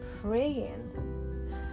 praying